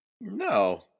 No